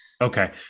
Okay